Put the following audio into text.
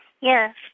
Yes